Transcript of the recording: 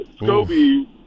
Scobie